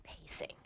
pacing